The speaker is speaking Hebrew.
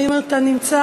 האם אתה נמצא?